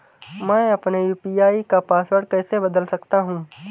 मैं अपने यू.पी.आई का पासवर्ड कैसे बदल सकता हूँ?